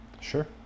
Sure